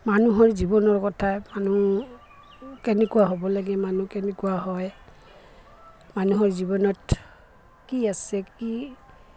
মানুহৰ জীৱনৰ কথা মানুহ কেনেকুৱা হ'ব লাগে মানুহ কেনেকুৱা হয় মানুহৰ জীৱনত কি আছে কি